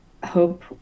hope